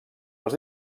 els